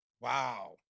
Wow